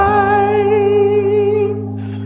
eyes